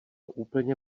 úplně